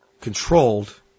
controlled